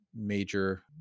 major